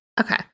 Okay